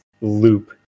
loop